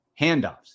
handoffs